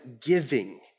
giving